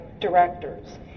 directors